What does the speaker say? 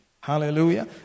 Hallelujah